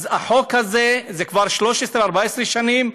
אז החוק הזה, זה כבר 14-13 שנים,